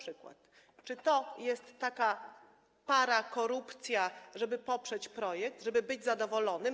Czy to jest taka parakorupcja, żeby poprzeć projekt, żeby być zadowolonym?